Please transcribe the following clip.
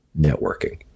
networking